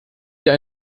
hier